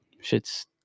Shit's